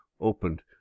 opened